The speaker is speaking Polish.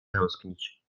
tęsknić